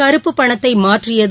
கருப்பு பணத்தை மாற்றியது